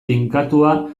tinkatua